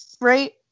right